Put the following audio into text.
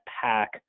pack